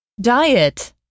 Diet